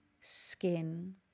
skin